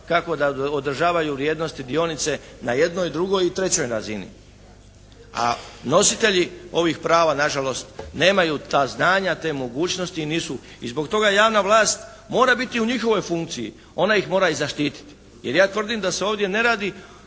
kako da održavaju vrijednosti dionice na jednoj, drugoj i trećoj razini, a nositelji ovih prava na žalost nemaju ta znanja, te mogućnosti i nisu, i zbog toga javna vlast mora biti u njihovoj funkciji, ona ih mora i zaštititi, jer ja tvrdim da se ovdje ne radi,